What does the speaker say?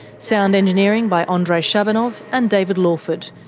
sound engineering by andrei shabunov and david lawford.